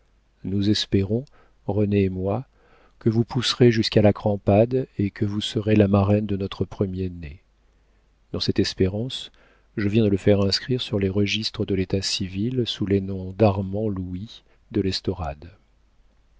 nous espérons renée et moi que vous pousserez jusqu'à la crampade et que vous serez la marraine de notre premier-né dans cette espérance je viens de le faire inscrire sur les registres de létat civil sous les noms darmand louis de l'estorade